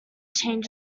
change